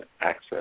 access